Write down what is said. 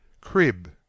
crib